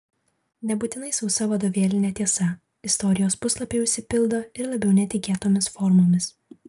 nebūtinai sausa vadovėlinė tiesa istorijos puslapiai užsipildo ir labiau netikėtomis formomis